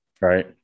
right